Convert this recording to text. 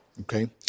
Okay